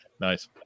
Nice